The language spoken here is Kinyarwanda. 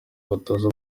abatoza